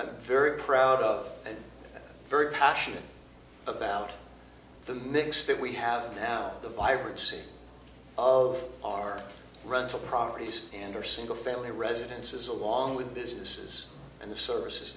i'm very proud of and very passionate about the mix that we have now the vibrancy of our rental properties and are single family residences along with businesses and the services